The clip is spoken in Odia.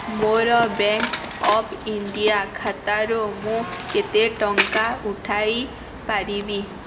ମୋର ବ୍ୟାଙ୍କ୍ ଅଫ୍ ଇଣ୍ଡିଆ ଖାତାରୁ ମୁଁ କେତେ ଟଙ୍କା ଉଠାଇ ପାରିବି